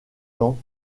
temps